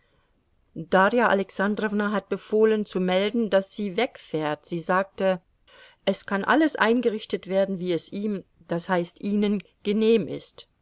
darja alexandrowna hat befohlen zu melden daß sie wegfährt sie sagte es kann alles eingerichtet werden wie es ihm das heißt ihnen genehm ist